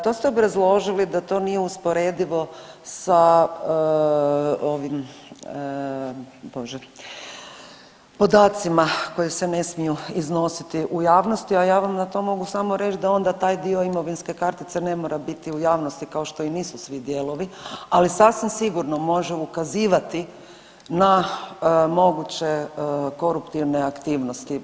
To ste obrazložili da to nije usporedivo sa ovim Bože podacima koji se ne smiju iznositi u javnosti, a ja vam na to mogu samo reć da onda taj dio imovinske kartice ne mora biti u javnosti kao što i nisu svi dijelovi, ali sasvim sigurno može ukazivati na moguće koruptivne aktivnosti.